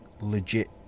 legit